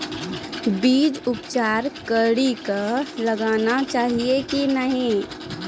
बीज उपचार कड़ी कऽ लगाना चाहिए कि नैय?